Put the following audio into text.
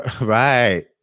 Right